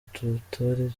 tutari